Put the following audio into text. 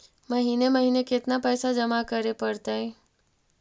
महिने महिने केतना पैसा जमा करे पड़तै?